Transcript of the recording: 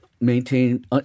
maintain